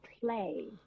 play